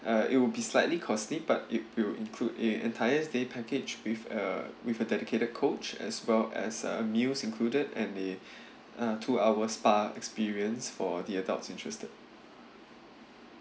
uh it will be slightly costly but it will include a entire day package with a with a dedicated coach as well as uh meals included and the uh two hours spa experience for the adults interested